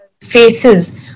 faces